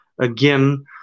again